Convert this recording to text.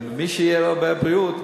ומי שיהיה לו הרבה בריאות,